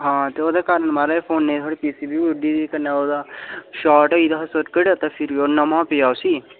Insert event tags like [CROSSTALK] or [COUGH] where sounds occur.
हां ते ओह्दे कारण महाराज फोनै थुआढ़ी पी सी बी उड्डी दी कन्नै ओह्दा शार्ट होई दा हा सर्किट [UNINTELLIGIBLE] ते नमां पेआ उसी